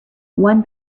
one